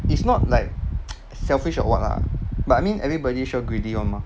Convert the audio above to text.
it's not like selfish or what lah but I mean everybody sure greedy [one] mah